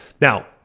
Now